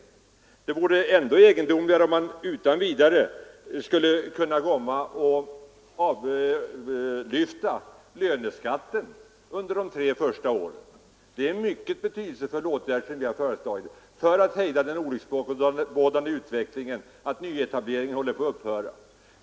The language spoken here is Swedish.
Ändå egendomligare vore det om man med dagens beskärmelser utan vidare skulle kunna avlyfta löneskatten under de tre första åren. Detta är en ytterligare betydelsefull nyhet som vi har föreslagit för att hejda den olycksbådande utveckling som innebär att nyetableringen håller på att upphöra.